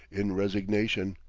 in resignation.